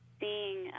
seeing